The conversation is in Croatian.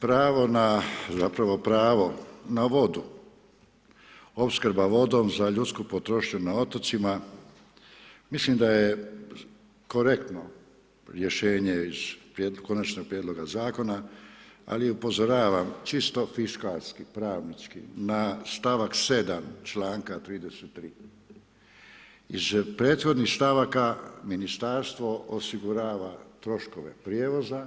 Pravo na, zapravo, pravo na vodu, opskrba vodom za ljudsku potrošnju na otocima, mislim da je korektno rješenje iz Konačnog prijedloga Zakona, ali upozoravam, čisto fiskalski, pravnički, na stavak 7., članka 33., iz prethodnih stavaka Ministarstvo osigurava troškove prijevoza,